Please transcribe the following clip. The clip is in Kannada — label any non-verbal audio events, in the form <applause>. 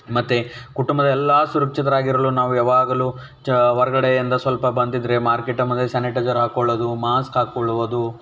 ಮತ್ತು ಕುಟುಂಬದ ಎಲ್ಲ ಸುರಕ್ಷಿತರಾಗಿರಲು ನಾವು ಯಾವಾಗಲು ಚ ಹೊರ್ಗಡೆಯಿಂದ ಸ್ವಲ್ಪ ಬಂದಿದ್ದರೆ ಮಾರ್ಕೆಟ್ <unintelligible> ಸ್ಯಾನಿಟೈಸರ್ ಹಾಕೊಳ್ಳೋದು ಮಾಸ್ಕ್ ಹಾಕೊಳ್ಳುವುದು